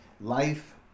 life